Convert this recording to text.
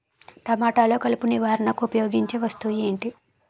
టమాటాలో కలుపు నివారణకు ఉపయోగించే వస్తువు ఏంటి?